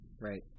Right